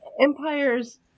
Empires